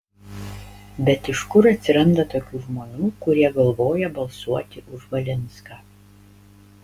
bet iš kur atsiranda tokių žmonių kurie galvoja balsuoti už valinską